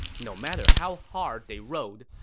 no matter how hard they rode,